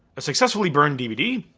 a successfully burned dvd.